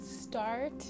start